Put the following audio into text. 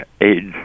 age